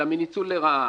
אלא מניצול לרעה.